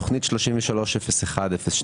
תכנית 33-01-02